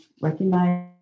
recognize